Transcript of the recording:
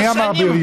מי אמר "בריון"?